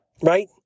right